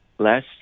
Less